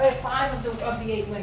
five of the eight